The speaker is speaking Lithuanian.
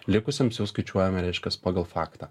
likusiems jau skaičiuojame reiškias pagal faktą